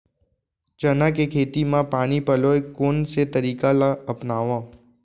चना के खेती म पानी पलोय के कोन से तरीका ला अपनावव?